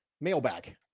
mailbag